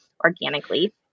organically